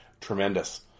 Tremendous